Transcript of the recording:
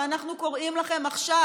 אנחנו קוראים לכם עכשיו,